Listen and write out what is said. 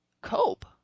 cope